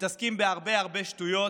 מתעסקים בהרבה הרבה שטויות,